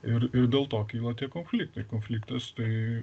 ir ir dėl to kyla konfliktai konfliktas tai